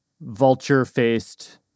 vulture-faced